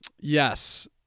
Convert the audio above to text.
Yes